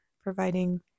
providing